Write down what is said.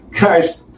guys